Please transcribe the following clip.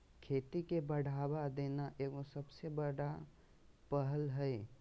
खेती के बढ़ावा देना एगो सबसे बड़ा पहल हइ